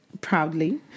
proudly